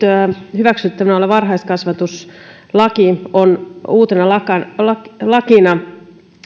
hyväksyttävänä oleva varhaiskasvatuslaki on uutena lakina